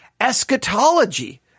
eschatology